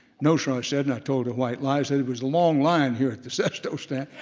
no sir, i said and i told a white lie, i said it was a long line here at the zesto stand,